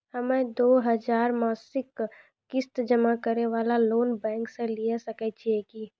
हम्मय दो हजार मासिक किस्त जमा करे वाला लोन बैंक से लिये सकय छियै की?